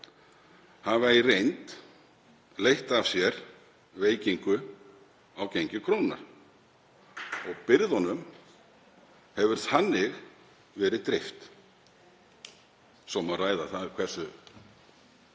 hafa í reynd leitt af sér veikingu á gengi krónunnar og byrðunum hefur þannig verið dreift. Svo má ræða það hversu